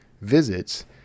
visits